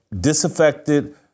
disaffected